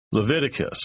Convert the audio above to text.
Leviticus